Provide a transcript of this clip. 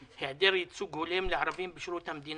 על חשיבות הגיוון התעסוקתי כבר אמר נציב שירות המדינה,